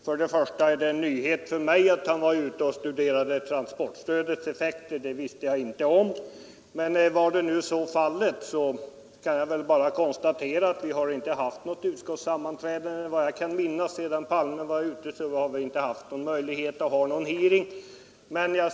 Först och främst är det en nyhet för mig att herr Palme var ute och studerade transportstödets effekter. Men om nu så var fallet, kan jag bara konstatera att vi såvitt jag kan minnas inte haft något utskottssammanträde sedan herr Palme gjorde sin flygtur. Vi har alltså inte haft någon öjlighet att hålla en hearing med honom.